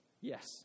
Yes